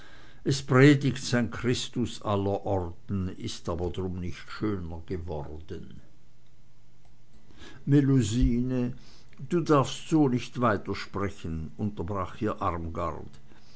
es predigt sein christus allerorten ist aber drum nicht schöner geworden melusine du darfst so nicht weitersprechen unterbrach hier